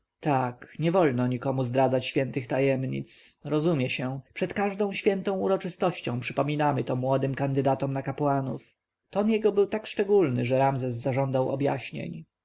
nie wolno nikomu zdradzać świętych tajemnic rozumie się przed każdą większą uroczystością przypominamy to młodym kandydatom na kapłanów ton jego był tak szczególny że ramzes zażądał objaśnień